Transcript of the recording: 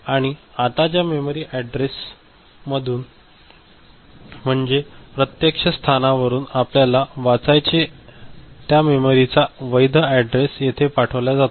आणि आता ज्या मेमरी ऍडरेस मधून म्हणजेच प्रत्यक्ष स्थानावरून आपल्याला वाचायचे त्या मेमरी चा वैध ऍडरेस येथे पाठवल्या जातो